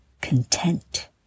content